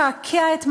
לקעקע את מעמדו,